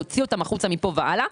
להוציא אותם החוצה מפה והלאה,